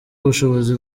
ubushobozi